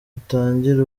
utangire